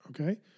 okay